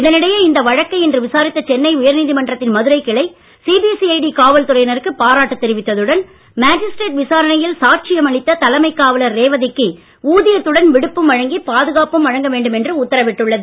இதனிடையே இந்த வழக்கை இன்று விசாரித்த சென்னை உயர்நீதிமன்றத்தின் மதுரை கிளை சிபிசிஐடி காவல் துறையினருக்கு பாராட்டு தெரிவித்ததுடன் மாஜிஸ்ட்ரேட் விசாரணையில் சாட்சியம் அளித்த தலைமை காவலர் ரேவதிக்கு ஊதியத்துடன் விடுப்பும் வழங்கி பாதுகாப்பும் வழங்க வேண்டும் என்று உத்தரவிட்டுள்ளது